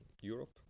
europe